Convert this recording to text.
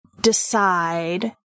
decide